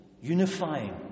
unifying